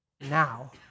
now